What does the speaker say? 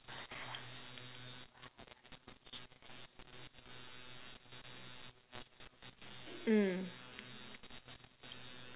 mm